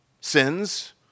sins